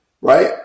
Right